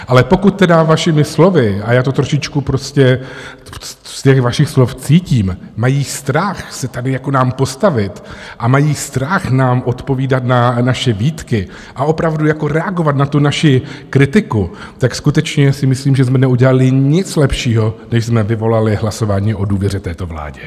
Ale pokud teda vašimi slovy, a já to trošičku prostě z těch vašich slov cítím, mají strach se tady jako nám postavit a mají strach nám odpovídat na naše výtky a opravdu jako reagovat na tu naši kritiku, tak skutečně si myslím, že jsme neudělali nic lepšího, než jsme vyvolali hlasování o důvěře této vládě.